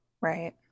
Right